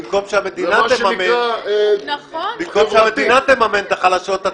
במקום שהמדינה תממן את החלשות,